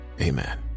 amen